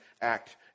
act